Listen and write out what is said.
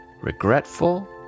regretful